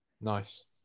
Nice